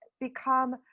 become